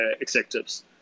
executives